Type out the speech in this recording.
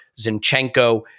Zinchenko